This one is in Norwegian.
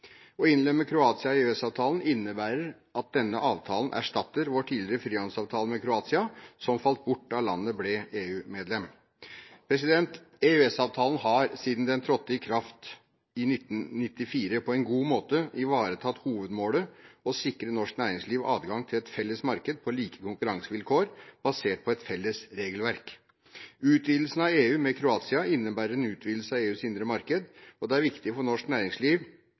Å innlemme Kroatia i EØS-avtalen innebærer at denne avtalen erstatter vår tidligere frihandelsavtale med Kroatia, som falt bort da landet ble EU-medlem. EØS-avtalen har siden den trådte i kraft i 1994, på en god måte ivaretatt hovedmålet – å sikre norsk næringsliv adgang til et felles marked, på like konkurransevilkår og basert på et felles regelverk. Utvidelsen av EU med Kroatia innebærer en utvidelse av EUs indre marked, og det er viktig for norsk næringsliv